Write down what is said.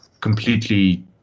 completely